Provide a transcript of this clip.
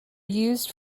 used